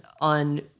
on